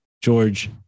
George